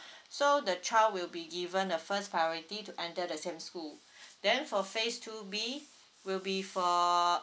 so the child will be given the first priority to enter the same school then for phase two B will be for